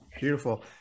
Beautiful